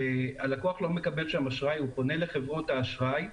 כשהלקוח לא מקבל שם אשראי הוא פונה לחברות האשראי,